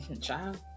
Child